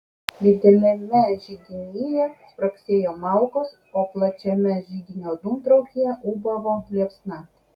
dideliame židinyje spragsėjo malkos o plačiame židinio dūmtraukyje ūbavo liepsna